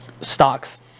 stocks